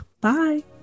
Bye